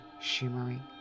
shimmering